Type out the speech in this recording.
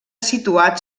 situat